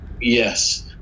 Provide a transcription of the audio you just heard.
Yes